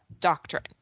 doctrine